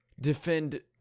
defend